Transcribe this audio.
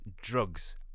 drugs